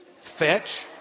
Fetch